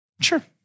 Sure